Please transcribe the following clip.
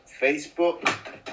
facebook